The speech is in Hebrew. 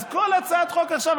אז כל הצעת חוק עכשיו,